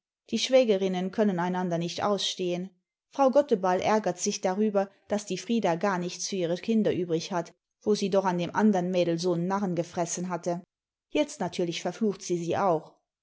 die schwägerinnen können einander nicht ausstehen frau gotteball ärgert sich darüber daß die frieda gar nichts für ihre kinder übrig hat wo sie doch an dem andern mädel so n narren gefressen hatte jetzt natürlich verflucht sie sie auch